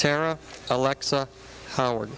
tara alexia howard